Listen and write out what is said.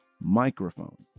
microphones